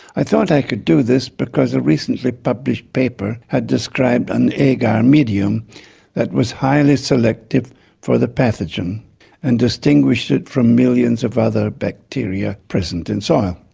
i thought i could do this because a recently published paper had described an agar medium that was highly selective for the pathogen and distinguished it from millions of other bacteria present in soil.